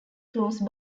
close